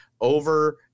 over